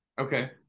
Okay